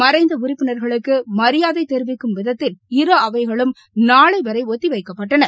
மறைந்த உறுப்பினர்களுக்கு மரியாதை தெரிவிக்கம் விதத்தில் இரு அவைகளும் நாளை வரை ஒத்திவைக்கப்பட்டன